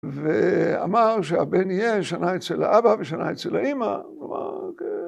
‫ואמר שהבן יהיה שנה אצל האבא ‫ושנה אצל האמא.